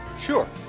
Sure